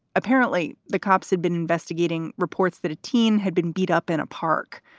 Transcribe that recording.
apparently, the cops had been investigating reports that a teen had been beat up in a park,